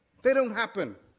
they don't happen.